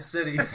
City